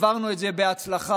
עברנו את זה בהצלחה.